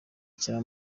cyo